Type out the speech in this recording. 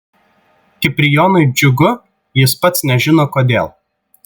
kiprijonui džiugu jis pats nežino kodėl